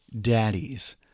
daddies